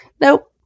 Nope